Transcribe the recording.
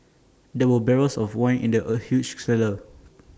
there were barrels of wine in the A huge cellar